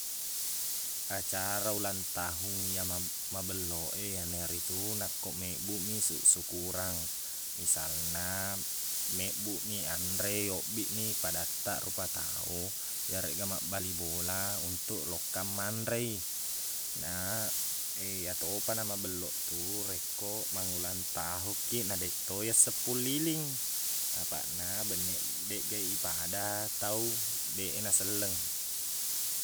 Acara ulang tahung iyama mabello e iyana ritu nakko mebbumi suk- sukurang misalna membbumi anre iyobbini padatta rupa tau iyareqga maqbali bola untuk lokka manrei na iyatopa na mabelloq tu rekko mangulang tahungkiq nadeqto iyasseppu liling apaqna benneq deqga ipada tau deqna selleng